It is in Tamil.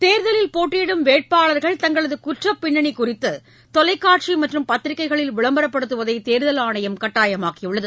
தேர்தலில் போட்டியிடும் வேட்பாளர்கள் தங்களதுகுற்றப் பின்னணிகுறித்து தொலைக்காட்சிகள் மற்றும் பத்திரிக்கைகளில் விளம்பரப்படுத்துவதைதேர்தல் ஆணையம் கட்டாயமாக்கியுள்ளது